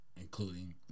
Including